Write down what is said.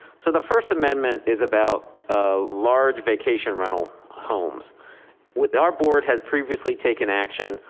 so the first amendment is about, ah large vacation rental homes with our board had previously taken action.